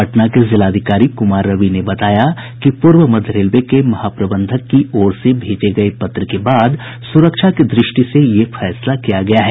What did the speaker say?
पटना के जिलाधिकारी कुमार रवि ने बताया कि पूर्व मध्य रेलवे के महाप्रबंधक की ओर से भेजे गये पत्र के बाद सुरक्षा की दृष्टि से यह फैसला किया गया है